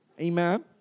Amen